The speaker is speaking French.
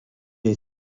est